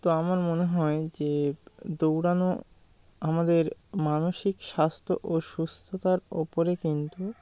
তো আমার মনে হয় যে দৌড়ানো আমাদের মানসিক স্বাস্থ্য ও সুস্থতার ওপরে কিন্তু